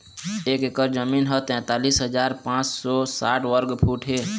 एक एकर जमीन ह तैंतालिस हजार पांच सौ साठ वर्ग फुट हे